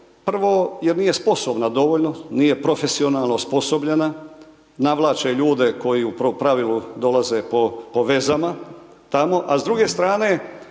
prvo jer nije sposobna dovoljno, nije profesionalna, osposobljena, navlače ljude koji u pravilu dolaze po vezama tamo, a s druge strane,